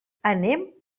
anem